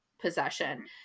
possession